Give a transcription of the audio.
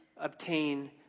obtain